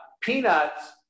peanuts